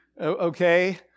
okay